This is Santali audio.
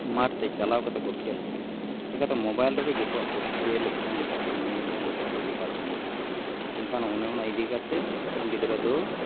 ᱢᱟᱴᱷᱛᱮ ᱪᱟᱞᱟᱣ ᱠᱟᱛᱮ ᱠᱚ ᱠᱷᱮᱞ ᱠᱮᱭᱟ ᱪᱤᱩᱠᱟᱹᱛᱮ ᱢᱳᱵᱟᱭᱤᱞ ᱨᱮᱜᱮ ᱡᱚᱛᱚᱣᱟᱜ ᱠᱚ ᱠᱷᱮᱞᱮᱜᱼᱟ ᱡᱚᱛᱚᱣᱟᱜ ᱠᱚ ᱧᱮᱞᱮᱜᱼᱟ ᱡᱚᱛᱚᱣᱟᱜ ᱠᱚ ᱪᱤᱠᱟᱹ ᱨᱚᱠᱚᱢᱮᱜᱼᱟ ᱮᱱᱠᱷᱟᱱ ᱚᱱᱮ ᱚᱱᱟ ᱤᱫᱤ ᱠᱟᱛᱮ ᱜᱤᱫᱽᱨᱟᱹ ᱫᱚ